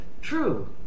true